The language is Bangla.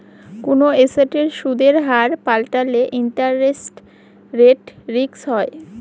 কোনো এসেটের সুদের হার পাল্টালে ইন্টারেস্ট রেট রিস্ক হয়